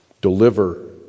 deliver